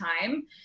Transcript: time